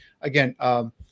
Again